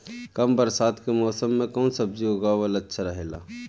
कम बरसात के मौसम में कउन सब्जी उगावल अच्छा रहेला?